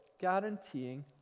guaranteeing